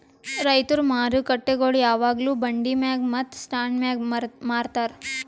ರೈತುರ್ ಮಾರುಕಟ್ಟೆಗೊಳ್ ಯಾವಾಗ್ಲೂ ಬಂಡಿ ಮ್ಯಾಗ್ ಮತ್ತ ಸ್ಟಾಂಡ್ ಮ್ಯಾಗ್ ಮಾರತಾರ್